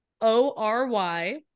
o-r-y